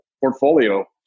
portfolio